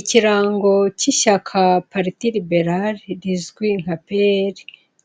Ikirango cy'ishyaka pariti liberali, rizwi nka PL,